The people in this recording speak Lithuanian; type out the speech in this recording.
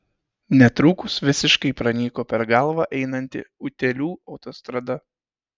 netrukus visiškai pranyko per galvą einanti utėlių autostrada